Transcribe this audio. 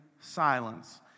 silence